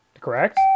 Correct